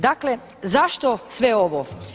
Dakle, zašto sve ovo?